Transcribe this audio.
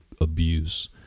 abuse